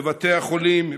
בבתי החולים,